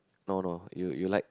no no you you like